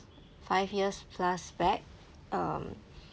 five years plus back um